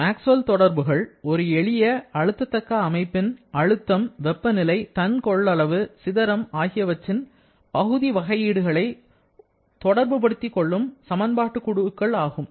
Maxwell தொடர்புகள் ஒரு எளிய அடுத்தகட்ட அமைப்பின் அழுத்தம் வெப்பநிலை தன் கொள்ளளவு சிதறம் ஆகியவற்றின் பகுதி வகையீடுகளை ஒன்று தொடர்புபடுத்தி கொள்ளும் சமன்பாட்டு குழுக்கள் ஆகும்